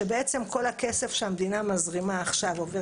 שבעצם כל הכסף שהמדינה מזרימה עכשיו עובר